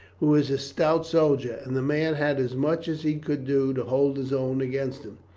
who is a stout soldier, and the man had as much as he could do to hold his own against him.